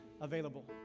available